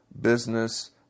business